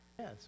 yes